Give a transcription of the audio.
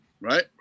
right